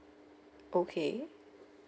okay